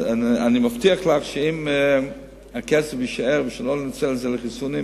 אני מבטיח לך שאם הכסף יישאר ולא ננצל אותו לחיסונים,